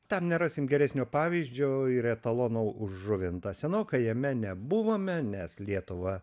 tam nerasim geresnio pavyzdžio ir etalono už žuvintą senokai jame nebuvome nes lietuva